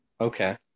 Okay